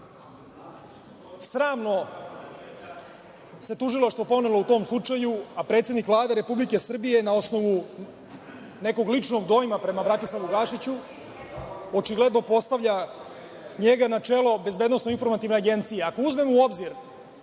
sramno se tužilaštvo ponelo u tom slučaju, a predsednik Vlade Republike Srbije na osnovu nekog ličnog dojma prema Bratislavu Gašiću, očigledno postavlja njega na čelo Bezbednosno-informativne agencije. Ako